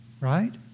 right